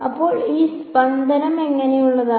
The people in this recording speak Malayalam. അപ്പോൾ ഈ സ്പന്ദനം എങ്ങനെയുള്ളതാണ്